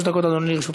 שלוש דקות לרשותך.